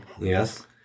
Yes